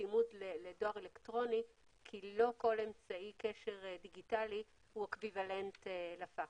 צימוד לדואר אלקטרוני כי לא כל אמצעי קשר דיגיטלי הוא אקוויוולנט לפקס.